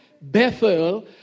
Bethel